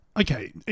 Okay